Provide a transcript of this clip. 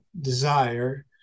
desire